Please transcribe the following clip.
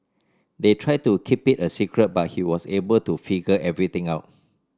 they tried to keep it a secret but he was able to figure everything out